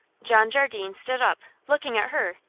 john jardine stood up, looking at her.